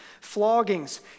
floggings